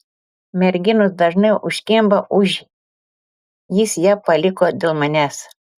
merginos dažnai užkimba už jis ją paliko dėl manęs